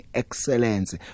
excellence